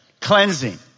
cleansing